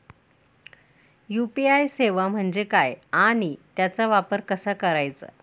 UPI सेवा म्हणजे काय आणि त्याचा वापर कसा करायचा?